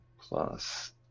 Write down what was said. plus